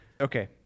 Okay